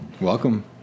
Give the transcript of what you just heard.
Welcome